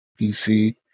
PC